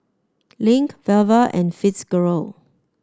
Link Velva and Fitzgerald